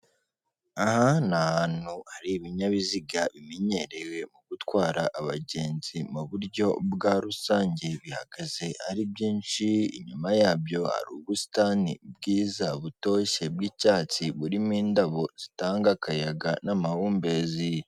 Aha ni ahantu hari ibinyabiziga bimenyerewe mu gutwara abagenzi mu buryo bwa rusange bihagaze ari byinshi inyuma yabyo hari ubusitani bwiza butoshye bw'icyatsi burimo indabo zitanga akayaga n'amahumbezi.